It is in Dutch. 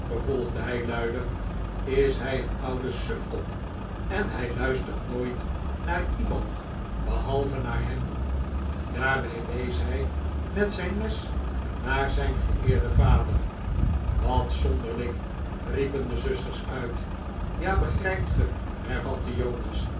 vervolgde hij luider is hij een oude sufkop en hij luistert nooit naar iemand behalve naar hem daarbij wees hij met zijn mes naar zijn geeerden vader wat zonderling riepen de zusters uit ja begrijpt ge hervatte jonas